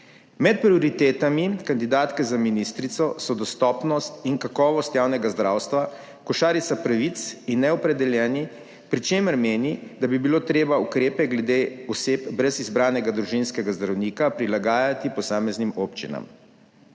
Med prioritetami kandidatke za ministrico so dostopnost in kakovost javnega zdravstva, košarica pravic in neopredeljeni, pri čemer meni, da bi bilo treba ukrepe glede oseb brez izbranega družinskega zdravnika prilagajati posameznim občinam.